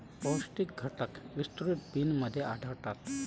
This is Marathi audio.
पौष्टिक घटक विस्तृत बिनमध्ये आढळतात